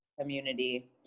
community